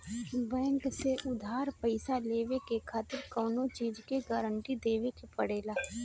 bank से उधार पईसा लेवे खातिर कवनो चीज के गारंटी देवे के पड़ेला